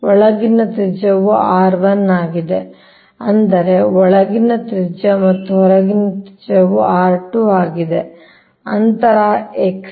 ಒಳಗಿನ ತ್ರಿಜ್ಯವು r1 ಆಗಿದೆ ಅಂದರೆ ಒಳಗಿನ ತ್ರಿಜ್ಯ ಮತ್ತು ಹೊರಗಿನ ತ್ರಿಜ್ಯವು r2 ಆಗಿದೆ ಅಂತರ x